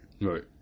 right